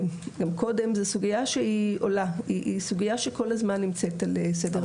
זו סוגיה שעולה ונמצאת כל הזמן על סדר היום.